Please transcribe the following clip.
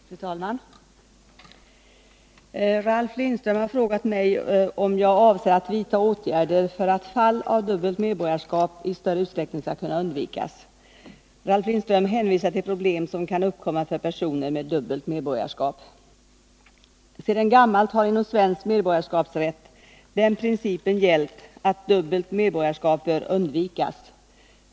Fru talman! Ralf Lindström har frågat mig om jag avser att vidta åtgärder för att fall av dubbelt medborgarskap i större utsträckning skall kunna undvikas. Ralf Lindström hänvisar till problem som kan uppkomma för personer med dubbelt medborgarskap. Sedan gammalt har inom svensk medborgarskapsrätt den principen gällt att dubbelt medborgarskap bör undvikas.